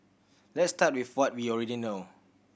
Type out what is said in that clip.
let's start with what we already know